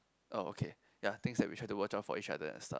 oh okay ya things that we try to watch out for each other and stuff